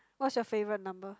what's your favourite number